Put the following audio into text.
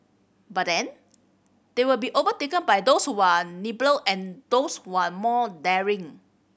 but then they will be overtaken by those who are nimbler and those who are more daring